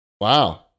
Wow